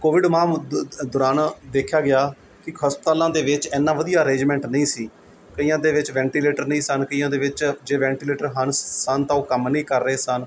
Covid ਮਹਾਂ ਮ ਦੌਰਾਨ ਦੇਖਿਆ ਗਿਆ ਕਿ ਹਸਪਤਾਲਾਂ ਦੇ ਵਿੱਚ ਐਨਾ ਵਧੀਆ ਅਰੇਜਮੈਂਟ ਨਹੀਂ ਸੀ ਕਈਆਂ ਦੇ ਵਿੱਚ ਵੈਂਟੀਲੇਟਰ ਨਹੀਂ ਸਨ ਕਈਆਂ ਦੇ ਵਿੱਚ ਜੇ ਵੈਂਟੀਲੇਟਰ ਹਨ ਸਨ ਤਾਂ ਉਹ ਕੰਮ ਨਹੀਂ ਕਰ ਰਹੇ ਸਨ